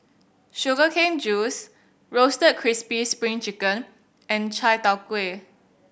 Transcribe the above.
sugar cane juice Roasted Crispy Spring Chicken and chai tow kway